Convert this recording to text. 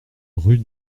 rue